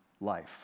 life